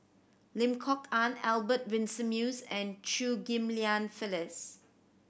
Lim Kok Ann Albert Winsemius and Chew Ghim Lian Phyllis